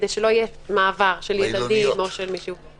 כדי שלא יהיה מעבר של ילדים ולא של מישהו אחר.